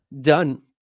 done